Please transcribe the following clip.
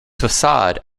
facade